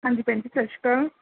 ਹਾਂਜੀ ਭੈਣ ਜੀ ਸਤਿ ਸ਼੍ਰੀ ਅਕਾਲ